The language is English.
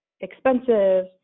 expensive